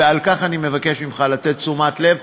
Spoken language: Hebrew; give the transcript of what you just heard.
ועל כך אני מבקש ממך לתת תשומת לב.